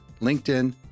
LinkedIn